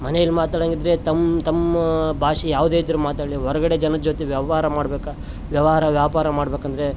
ಮನೆಯಲ್ಲಿ ಮಾತಾಡಗಿಂದ್ದರೆ ತಮ್ಮ ತಮ್ಮ ಭಾಷೆ ಯಾವುದೇ ಇದ್ದರೂ ಮಾತಾಡಲಿ ಹೊರಗಡೆ ಜನದ ಜೊತೆ ವ್ಯವಹಾರ ಮಾಡಬೇಕಾ ವ್ಯವಹಾರ ವ್ಯಾಪಾರ ಮಾಡ್ಬೇಕಂದರೆ